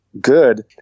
good